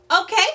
okay